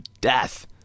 death